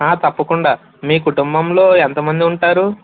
తప్పకుండా మీ కుటుంబంలో ఎంతమంది ఉంటారు